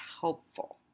helpful